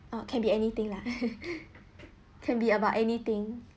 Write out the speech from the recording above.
ah can be anything lah can be about anything